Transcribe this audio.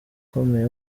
ukomeye